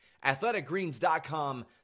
AthleticGreens.com